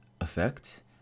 effect